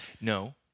No